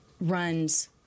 runs